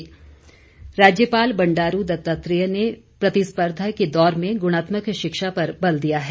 राज्यपाल राज्यपाल बंडारू दत्तात्रेय ने प्रतिस्पर्धा के दौर में गुणात्मक शिक्षा पर बल दिया है